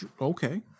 okay